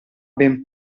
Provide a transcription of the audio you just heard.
ben